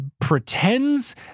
pretends